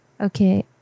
Okay